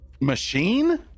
machine